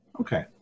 Okay